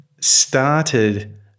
started